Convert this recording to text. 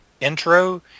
intro